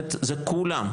נותנת זה כולם,